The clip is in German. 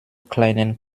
kleinen